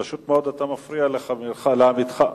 פשוט, מאוד אתה מפריע לחברך, לעמיתך.